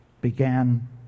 began